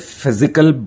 physical